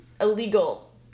illegal